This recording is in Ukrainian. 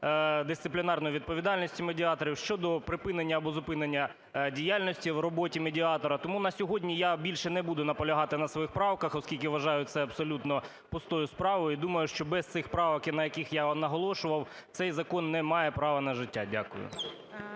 дисциплінарної відповідальності медіаторів, щодо припинення або зупинення діяльності в роботі медіатора. Тому на сьогодні я більше не буду наполягати на своїх правках, оскільки вважаю це абсолютно пустою справою. І думаю, що без цих правок, на яких я наголошував, цей закон не має права на життя. Дякую.